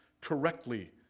correctly